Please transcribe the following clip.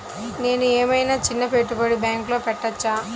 నేను ఏమయినా చిన్న పెట్టుబడిని బ్యాంక్లో పెట్టచ్చా?